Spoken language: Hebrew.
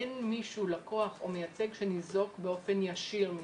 אין לקוח או מייצג שניזוק באופן ישיר מזה,